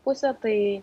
pusę tai